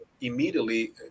immediately